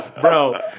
Bro